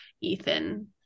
Ethan